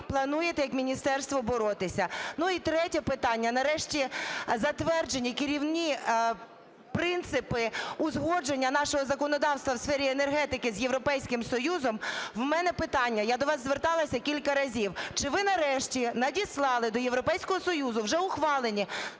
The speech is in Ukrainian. плануєте як міністерство боротися? Ну, і третє питання. Нарешті затверджені керівні принципи узгодження нашого законодавства в сфері енергетики з Європейським Союзом. В мене питання, я до вас зверталася кілька разів: чи ви нарешті надіслали до Європейського Союзу вже ухвалені